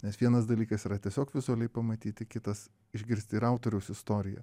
nes vienas dalykas yra tiesiog vizualiai pamatyti kitas išgirsti ir autoriaus istoriją